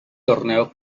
torneo